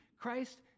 Christ